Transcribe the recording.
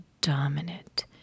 Dominant